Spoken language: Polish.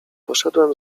poszedłem